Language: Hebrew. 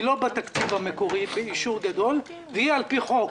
היא לא בתקציב המקורי באישור גדול, והיא על פי חוק